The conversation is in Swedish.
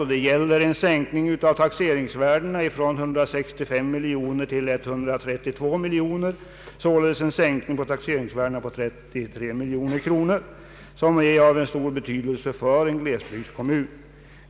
Verket begär en sänkning av taxeringsvärdena från 165 miljoner kronor till 132 miljoner kronor, således en sänkning med 33 miljoner kronor, vilket är en stor summa för en glesbygdskommun omräknat i skatteinkomst.